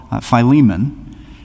Philemon